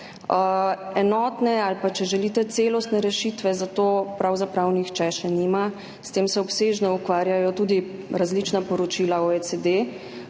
Enotne ali, če želite, celostne rešitve za to pravzaprav še nima nihče, s tem se obsežno ukvarjajo tudi različna poročila OECD.